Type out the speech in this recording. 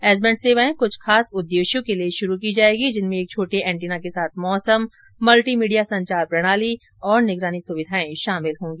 S band सेवाएं कृछ खास उद्देश्यों के लिए शुरू की जाएंगी जिनमें एक छोटे एंटीना के साथ मौसम मल्टी मीडिया संचार प्रणाली और निगरानी सुविधाएं शामिल होंगी